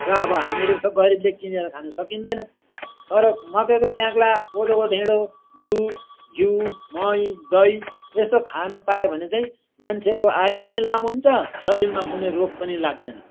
र अब हामी जस्तो गरीबले किनेर खानु सकिँदैन तर मकैको च्याख्ला कोदोको ढेडो दुध घिउ मही दही यस्तो खानु पायो भने चाहिँ मान्छेको आयु पनि लामो हुन्छ शरीरमा कुनै रोग पनि लाग्दैन